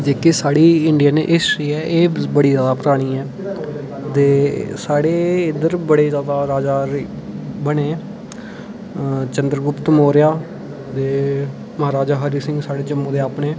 जेह्की साढ़ी Indian history ऐ एह् बड़ी जादा परानी ऐ दे साढ़े इद्धर बड़े जैदा राजा रेह् बने चन्द्र गुप्त मौर्य ते महाराजा हरि सिंह साढ़े जम्मू दे अपने